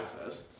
says